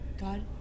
God